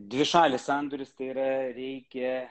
dvišalis sandoris tai yra reikia